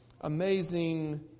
amazing